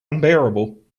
unbearable